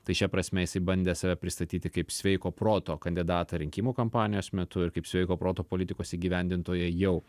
tai šia prasme jisai bandė save pristatyti kaip sveiko proto kandidatą rinkimų kampanijos metu ir kaip sveiko proto politikos įgyvendintoją jau